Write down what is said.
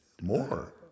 more